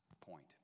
point